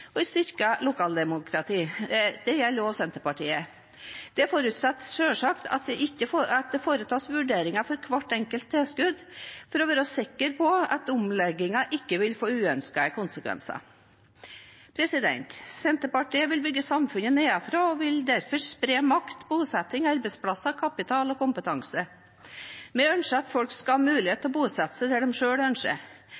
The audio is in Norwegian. et styrket lokaldemokrati, det gjelder også Senterpartiet. Det forutsetter selvfølgelig at det foretas vurderinger for hvert enkelt tilskudd, for å være sikker på at omleggingen ikke vil få uønskede konsekvenser. Senterpartiet vil bygge samfunnet nedenfra og vil derfor spre makt, bosetting, arbeidsplasser, kapital og kompetanse. Vi ønsker at folk skal ha mulighet